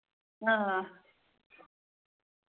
हां